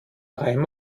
reim